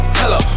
hello